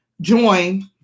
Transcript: join